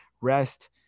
rest